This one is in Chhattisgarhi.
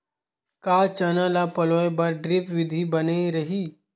का चना ल पलोय बर ड्रिप विधी बने रही?